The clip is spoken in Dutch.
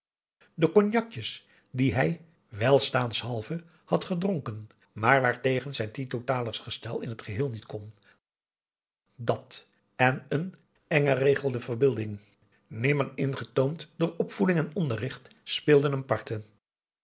de cognacjes die hij welstaanshalve had gedronken maar waartegen zijn teatotalers gestel in t geheel niet kon dàt en een engeregelde verbeelding nimmer ingetoomd door opvoeding en onderricht speelden hem parten